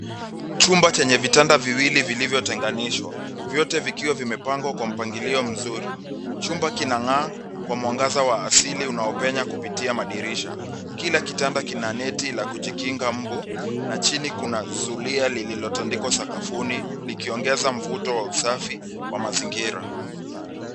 Chumba chenye vitanda viwili vilivyotenganishwa. Vyote vikiwa vimepangwa kwa mpangilio mzuri. Chumba kinang'aa, kwa mwangaza wa asili unaopenya kupitia madirisha. Kila kitanda kina neti la kujikinga mbu, na chini kuna zulia lililotandikwa sakafuni, likiongeza mvuto wa usafi, wa mazingira.